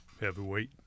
heavyweight